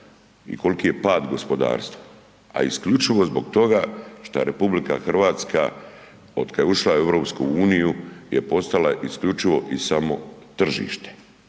i koliki je pad gospodarstva, a isključivo zbog toga šta RH od kad je ušla u EU je postala isključivo i samo tržište